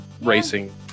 racing